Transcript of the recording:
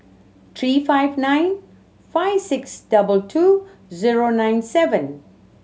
three five nine five six double two zero nine seven